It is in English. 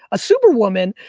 a super woman,